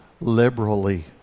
liberally